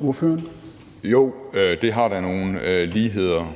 Olesen (LA): Jo, det har da nogle ligheder.